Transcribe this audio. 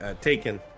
taken